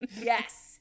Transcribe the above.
Yes